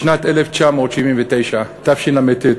בשנת 1979, תשל"ט,